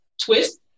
twist